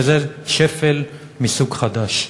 וזה שפל מסוג חדש.